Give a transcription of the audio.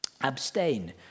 Abstain